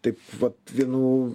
taip vat vienų